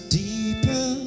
deeper